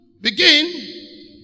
begin